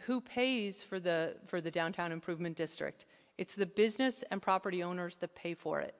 who pays for the for the downtown improvement district it's the business and property owners the pay for it